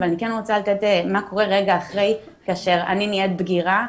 אבל אני כן רוצה לתת מה קורה רגע אחרי כאשר אני נהיית בגירה,